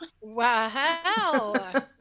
Wow